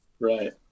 Right